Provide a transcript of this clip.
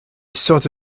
thought